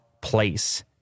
place